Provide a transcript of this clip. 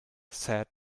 sad